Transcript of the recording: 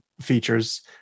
features